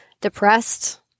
depressed